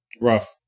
rough